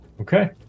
okay